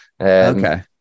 Okay